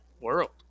world